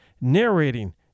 narrating